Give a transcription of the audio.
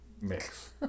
mix